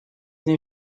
این